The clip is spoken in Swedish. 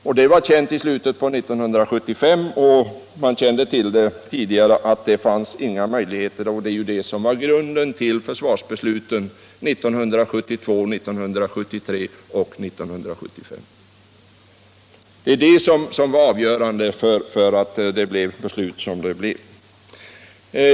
Men det var känt i slutet av 1975, och man kände till redan tidigare att det fanns inga möjligheter att bibehålla F 12. Detta utgjorde grunden för försvarsbesluten 1972, 1973 och 1975.